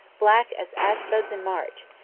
black as ash-buds in march.